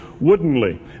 woodenly